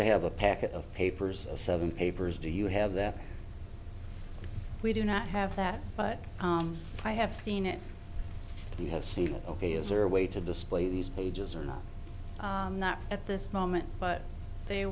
to have a packet of papers seven papers do you have that we do not have that but i have seen it you have seen ok is there a way to display these pages or not at this moment but they